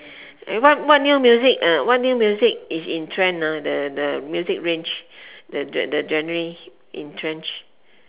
eh what what new music uh what new music is in trend ah the the music range the the genre in trend